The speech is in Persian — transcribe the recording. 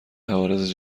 عوارض